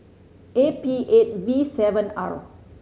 A P eight V seven R